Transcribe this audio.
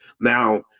now